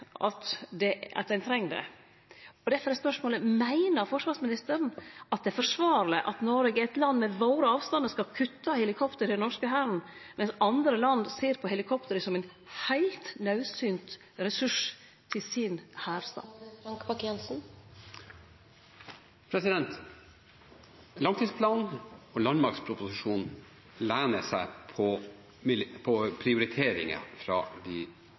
at ein treng det. Difor er spørsmålet: Meiner forsvarsministeren at det er forsvarleg at Noreg, eit land med våre avstandar, skal kutte i helikopter til den norske hæren, medan andre land ser på helikopteret som ein heilt naudsynt ressurs i sitt forsvar? Langtidsplanen og landmaktproposisjonen lener seg på